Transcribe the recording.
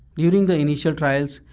during the initial trials,